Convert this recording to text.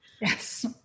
Yes